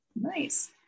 Nice